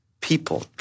people